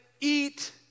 eat